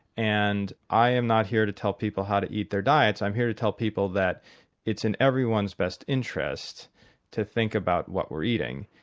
and i am not here to tell people how to eat their diets, i'm here to tell people that it's in everyone's best interest to think about what we're eating.